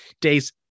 days